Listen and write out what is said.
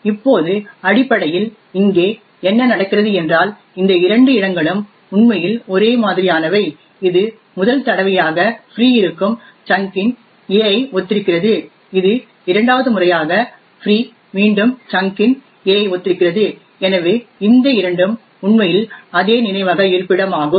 இப்போது அடிப்படையில் இங்கே என்ன நடக்கிறது என்றால் இந்த இரண்டு இடங்களும் உண்மையில் ஒரே மாதிரியானவை இது முதல் தடவையாக ஃப்ரீ இருக்கும் சங்க் இன் a ஐ ஒத்திருக்கிறது இது இரண்டாவது முறையாக ஃப்ரீ மீண்டும் சங்க் இன் a ஐ ஒத்திருக்கிறது எனவே இந்த இரண்டும் உண்மையில் அதே நினைவக இருப்பிடமாகும்